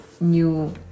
new